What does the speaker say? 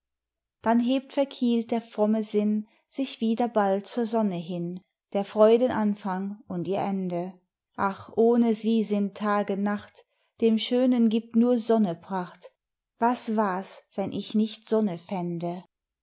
dann hebt verkielt der fromme sinn sich wieder bald zur sonne hin der freuden anfang und ihr ende ach ohne sie sind tage nacht dem schönen gibt nur sonne pracht was war s wenn ich nicht sonne fände